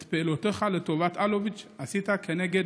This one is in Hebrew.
את פעולותיך לטובת אלוביץ' עשית כנגד